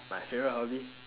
my favourite hobby